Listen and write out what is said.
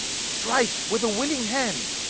strike with a willing hand.